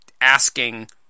asking